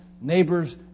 neighbors